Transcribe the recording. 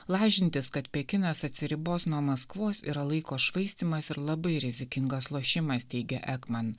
lažintis kad pekinas atsiribos nuo maskvos yra laiko švaistymas ir labai rizikingas lošimas teigė ekman